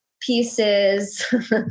pieces